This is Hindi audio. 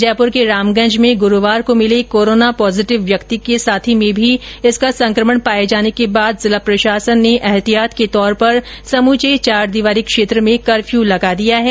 जयपुर के रामगंज में गुरूवार को मिले कोरोना पॉजीटिव व्यक्ति के साथी में भी कोरोना संक्रमण पाये जाने के बाद जिला प्रशासन ने एतिहात के तौर पर समूचे चार दीवारी क्षेत्र में कर्फ्यू लगा दिया है